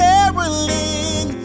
Caroling